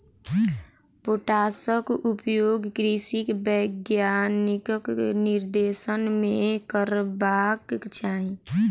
पोटासक उपयोग कृषि वैज्ञानिकक निर्देशन मे करबाक चाही